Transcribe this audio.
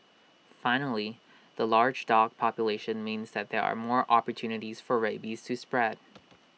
finally the large dog population means that there are more opportunities for rabies to spread